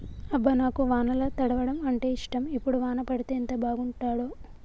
అబ్బ నాకు వానల తడవడం అంటేఇష్టం ఇప్పుడు వాన పడితే ఎంత బాగుంటాడో